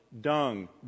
dung